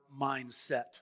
mindset